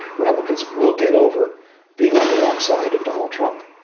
republicans will get over being on the wrong side of donald trump.